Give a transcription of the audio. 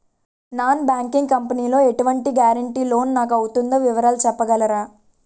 Non banking company లో ఎటువంటి guarantee loan నాకు అవుతుందో వివరాలు చెప్పగలరా?